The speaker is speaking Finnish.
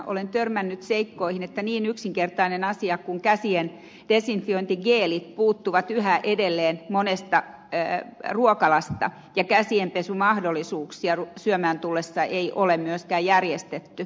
olen törmännyt seikkoihin että niin yksinkertainen asia kuin käsien desinfiointigeelit puuttuvat yhä edelleen monesta ruokalasta ja käsienpesumahdollisuuksia syömään tullessa ei ole myöskään järjestetty